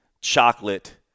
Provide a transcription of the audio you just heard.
chocolate